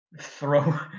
throw